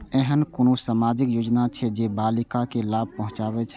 ऐहन कुनु सामाजिक योजना छे जे बालिका के लाभ पहुँचाबे छे?